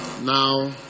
Now